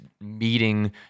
meeting